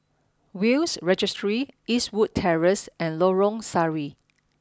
Will's Registry Eastwood Terrace and Lorong Sari